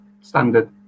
standard